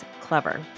Clever